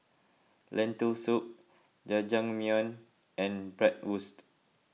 Lentil Soup Jajangmyeon and Bratwurst